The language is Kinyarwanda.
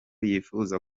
yifuza